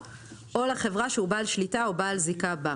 'או לחברה שהוא בעל שליטה או בעל זיקה בה'.